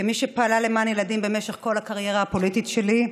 כמי שפעלה למען ילדים במשך כל הקריירה הפוליטית שלה,